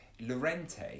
Lorente